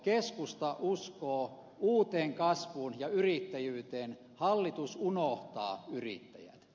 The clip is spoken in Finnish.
keskusta uskoo uuteen kasvuun ja yrittäjyyteen hallitus unohtaa yrittäjät